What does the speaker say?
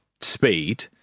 speed